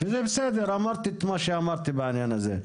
זה בסדר, אמרתי את מה שאמרתי בעניין הזה.